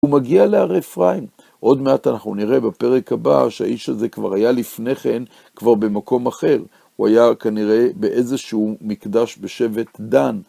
הוא מגיע להרי אפריים, עוד מעט אנחנו נראה בפרק הבא, שהאיש הזה כבר היה לפני כן, כבר במקום אחר. הוא היה כנראה באיזשהו מקדש בשבט דן.